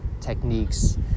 techniques